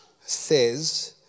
says